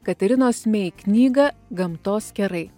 katerinos mei knygą gamtos kerai